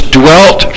dwelt